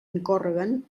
incórreguen